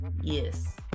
Yes